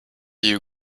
you